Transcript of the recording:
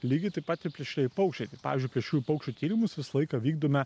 lygiai taip pat ir plėšrieji paukščiai tai pavyzdžiui plėšriųjų paukščių tyrimus visą laiką vykdome